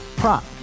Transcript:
prop